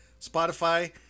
spotify